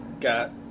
Got